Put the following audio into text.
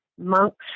Monks